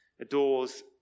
adores